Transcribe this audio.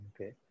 okay